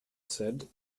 said